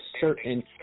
certain